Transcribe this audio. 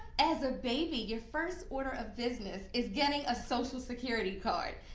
as a baby your first order of business is getting a social security card.